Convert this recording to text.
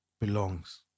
belongs